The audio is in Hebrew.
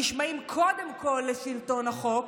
נשמעים קודם כול לשלטון החוק,